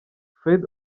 fred